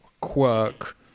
quirk